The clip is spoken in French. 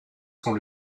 sont